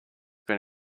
been